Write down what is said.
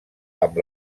amb